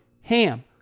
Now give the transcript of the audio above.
HAM